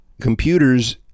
Computers